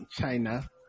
China